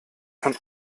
von